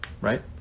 Right